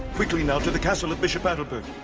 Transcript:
quickly now, to the castle of bishop adalbert!